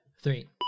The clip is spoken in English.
three